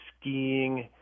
skiing